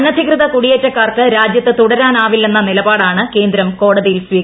അനധികൃത കുടിയേറ്റക്കാർക്ക് രാജ്യുത്ത് തുടരാൻ ആവില്ലെന്ന നിലപാടാണ് കേന്ദ്രം കോടതിയിൽ സ്വീകരിച്ചത്